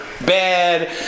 bad